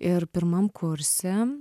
ir pirmam kurse